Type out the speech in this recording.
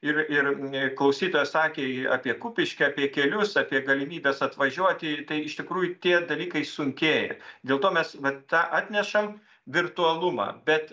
ir ir m e klausytojas sakė apie kupiškį apie kelius apie galimybes atvažiuoti tai iš tikrųjų tie dalykai sunkėja dėl to mes vat tą atnešam virtualumą bet